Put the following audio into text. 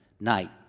night